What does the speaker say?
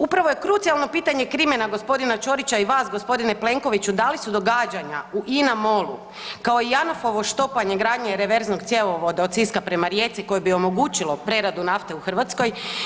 Upravo je krucijalno pitanje krimena gospodina Ćorića i vas gospodine Plenkoviću da li su događanja u Ina-Molu kao i Janafovo štopanje gradnje reverznog cjevovoda od Siska prema Rijeci koje bi omogućilo preradu nafte u Hrvatskoj?